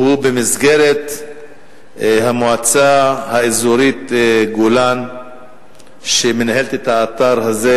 שהוא במסגרת המועצה האזורית גולן שמנהלת את האתר הזה